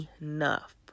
enough